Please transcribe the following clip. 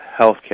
healthcare